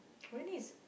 only thing is